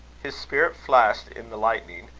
his spirit flashed in the lightning,